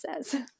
says